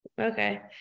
Okay